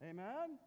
Amen